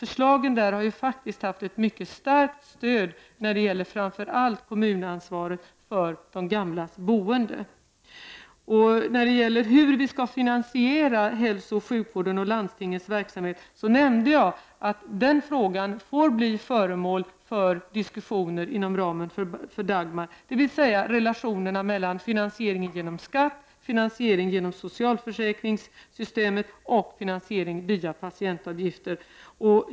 Förslagen i ÄDEL har faktiskt fått ett mycket starkt stöd, framför allt i fråga om det kommunala ansvaret för de gamlas boende. Frågan om hur vi skall finansiera hälsooch sjukvården samt landstingens verksamhet — och det har jag tidigare nämnt — får bli föremål för diskussioner inom ramen för Dagmarsystemet. Det handlar alltså om relationerna mellan finansiering genom skatt, finansiering genom socialförsäkringssystemet och finansiering via patientavgifter.